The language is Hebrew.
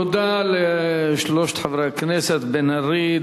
תודה לשלושת חברי הכנסת בן-ארי,